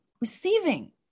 receiving